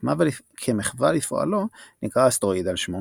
כמחווה לפועלו נקרא אסטרואיד על שמו.